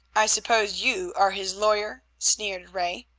i suppose you are his lawyer? sneered ray.